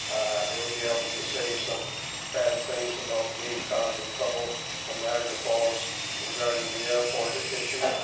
they'll be able to say some bad things about me causing trouble from niagara falls regarding the airport issue,